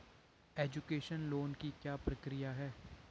Education loan की क्या प्रक्रिया है?